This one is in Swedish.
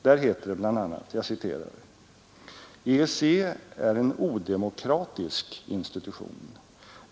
Där heter det bl.a.: ”EEC är en odemokratisk institution.